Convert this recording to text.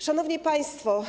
Szanowni Państwo!